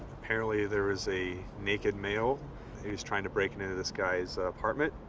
apparently there was a naked male who was trying to break and into this guy's apartment.